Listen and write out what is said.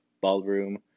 ballroom